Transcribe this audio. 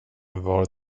var